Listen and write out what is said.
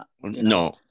no